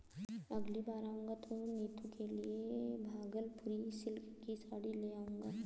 अगली बार आऊंगा तो नीतू के लिए भागलपुरी सिल्क की साड़ी ले जाऊंगा